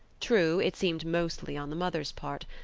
true, it seemed mostly on the mother's part.